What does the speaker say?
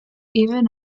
even